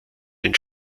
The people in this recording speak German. den